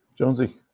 Jonesy